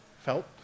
felt